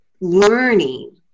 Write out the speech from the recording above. learning